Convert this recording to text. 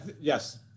yes